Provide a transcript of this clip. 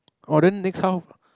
oh then next time